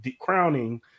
crowning